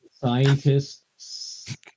scientists